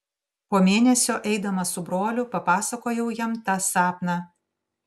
po mėnesio eidamas su broliu papasakojau jam tą sapną